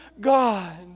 God